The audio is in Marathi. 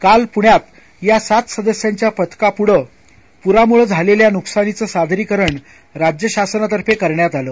कालपुण्यातयासातसदस्यांच्यापथकापुढंपूरामुळंझालेल्यानुकसानीचंसादरीकरणराज्यशासनातर्फेकरण्यातआलं